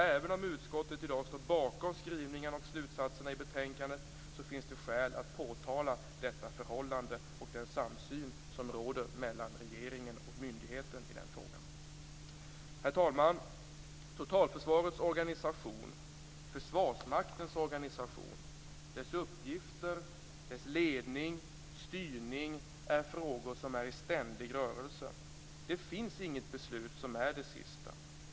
Även om utskottet i dag står bakom skrivningarna och slutsatserna i betänkandet finns det skäl att påtala detta förhållande och den samsyn som råder mellan regeringen och myndigheten i denna fråga. Herr talman! Totalförsvarets organisation samt Försvarsmaktens organisation, dess uppgifter, dess ledning och styrning är frågor i ständig rörelse. Det finns inget beslut som är det sista.